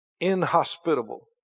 Inhospitable